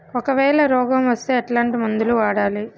ఒకవేల రోగం వస్తే ఎట్లాంటి మందులు వాడాలి?